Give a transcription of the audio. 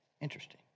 Interesting